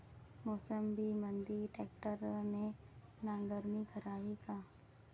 मोसंबीमंदी ट्रॅक्टरने नांगरणी करावी का?